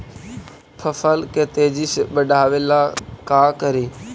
फसल के तेजी से बढ़ाबे ला का करि?